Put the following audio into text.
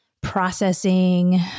processing